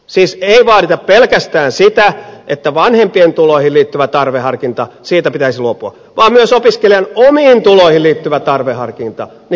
siis ei vaadita pelkästään sitä että vanhempien tuloihin liittyvästä tarveharkinnasta pitäisi luopua vaan myös opiskelijan omiin tuloihin liittyvästä tarveharkinnasta pitäisi luopua